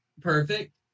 Perfect